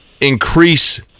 increase